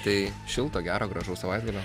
tai šilto gero gražaus savaitgalio